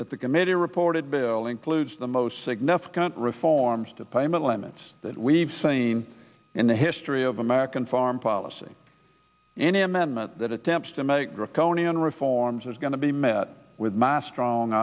that the committee reported bill includes the most significant reforms to payment limits that we've seen in the history of american foreign policy any amendment that attempts to make draconian reforms is going to be met with my strong